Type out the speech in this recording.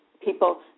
People